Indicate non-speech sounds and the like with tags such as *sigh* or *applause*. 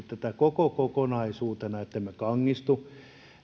*unintelligible* tätä kansallisesti koko kokonaisuutena ettemme kangistu